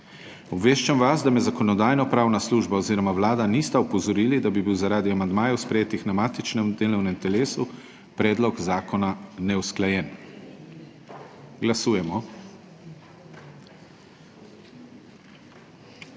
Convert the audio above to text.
Obveščam vas, da me Zakonodajnopravna služba oziroma Vlada nista opozorili, da bi bil zaradi amandmajev, sprejetih na matičnem delovnem telesu, predlog zakona neusklajen. Glasujemo.